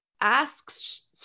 asks